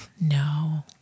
No